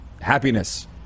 happiness